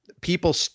people